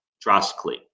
drastically